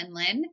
Linlin